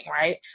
right